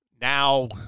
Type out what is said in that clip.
Now